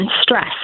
stress